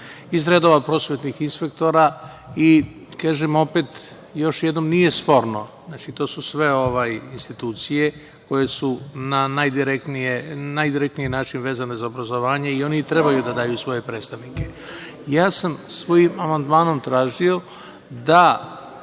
iz redova prosvetnih inspektora i kažem opet, još jednom, nije sporno. Znači, to su sve institucije koje su na najdirektniji način vezane za obrazovanje i oni i trebaju da daju svoje predstavnike. Ja sam svojim amandmanom tražio da